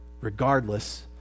regardless